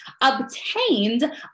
obtained